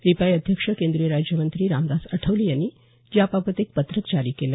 रिपाई अध्यक्ष केंद्रीय राज्यमंत्री रामदास आठवले यांनी याबाबत एक पत्रक जारी केले